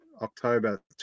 October